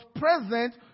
present